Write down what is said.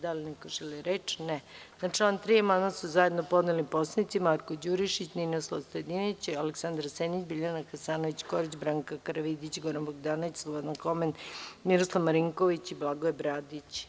Da li neko želi reč? (Ne) Na član 3. amandman su zajedno podneli poslanici Marko Đurišić, Ninoslav Stojadinović, Aleksandar Senić, Biljana Hasanović Korać, Branka Karavidić, Goran Bogdanović, Slobodan Homen, Miroslav Marinković i Blagoje Bradić.